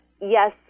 yes